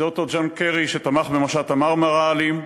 זה אותו ג'ון קרי שתמך במשט ה"מרמרה" האלים,